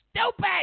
stupid